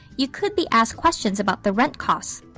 you could be asked questions about the rent cost,